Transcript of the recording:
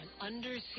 undersea